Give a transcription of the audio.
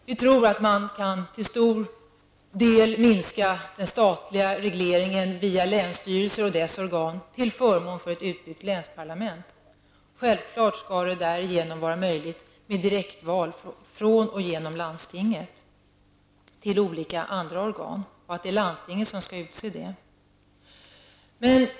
Vi tror att man till stor del kan minska den statliga regleringen via länsstyrelserna och deras organ till förmån för ett utbyggt länsparlament. Självfallet skall det därigenom vara möjligt med direktval från och genom landstinget till olika andra organ och att det är landstinget som skall utse dem.